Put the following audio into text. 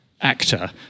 actor